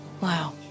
Wow